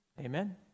Amen